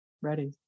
ready